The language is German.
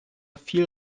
viel